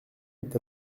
est